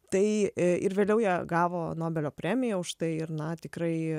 tai ir vėliau jie gavo nobelio premiją už tai ir na tikrai